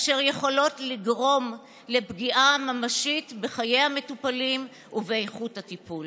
אשר יכולים לגרום לפגיעה ממשית בחיי המטופלים ובאיכות הטיפול.